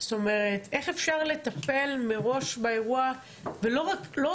איך אפשר לטפל מראש באירוע ולא רק כל